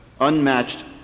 unmatched